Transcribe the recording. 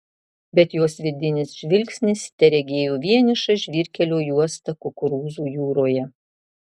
bet jos vidinis žvilgsnis teregėjo vienišą žvyrkelio juostą kukurūzų jūroje